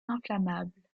inflammable